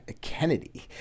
Kennedy